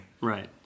Right